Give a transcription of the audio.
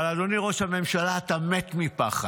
אבל אדוני ראש הממשלה, אתה מת מפחד,